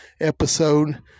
episode